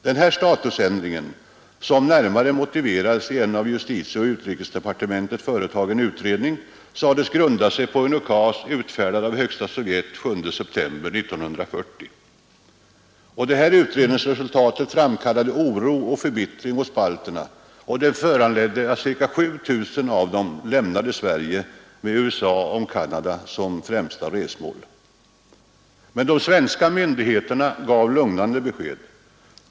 Denna statusändring, som närmare motiverades i en av justitieoch utrikesdepartementet företagen utredning, sades grunda sig på en ukas utfärdad av Högsta sovjet den 7 september 1940. Utredningsresultatet framkallade oro och förbittring hos balterna och föranledde ca 7 000 av dem att lämna Sverige med USA och Canada som främsta resmål. De svenska myndigheterna gav dock lugnande besked.